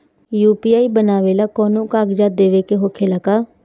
UPI बनावेला कौनो कागजात देवे के होखेला का?